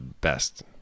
best